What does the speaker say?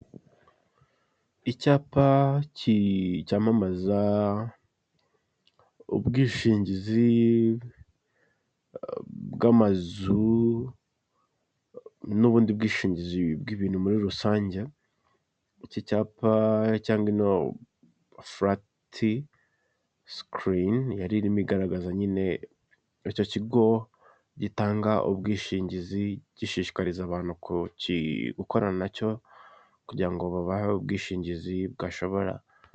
Icyapa cyamamaza ubwishingizi bw'amazu n'ubundi bwishingizi bw'ibintu muri rusange, iki cyapa cyangwa ino furati sikirini, yaririmo igaragaza nyine icyo kigo gitanga ubwishingizi gishishikariza abantu gukorana nacyo kugira babahe ubwishingizi bwashobora.